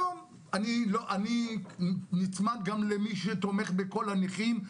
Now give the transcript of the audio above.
אני נצמד גם למי שתומך בכל הנכים,